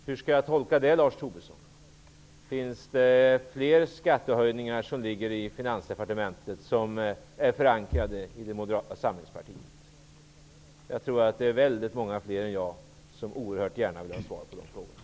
Hur skall jag tolka det? Är det fler skattehöjningar på gång i Finansdepartementet, som är förankrade i Moderata samlingspartiet? Jag tror att det är väldigt många fler än jag som oerhört gärna vill ha svar på dessa frågor.